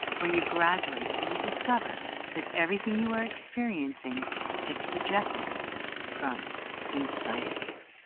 where you graduate when you discover that everything you are experiencing gets projected from inside of you.